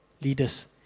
leaders